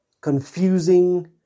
confusing